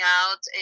out